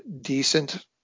decent